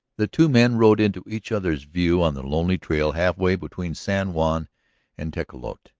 the two men rode into each other's view on the lonely trail half-way between san juan and tecolote,